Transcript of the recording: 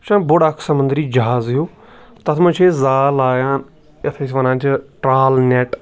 یہِ چھُ آسان بوٚڑ اکھ سَمَنٛدری جَہاز ہیٚو تَتھ مَنٛز چھِ أسۍ زال لاگان یَتھ أسۍ وَنان چھِ ٹرال نیٚٹ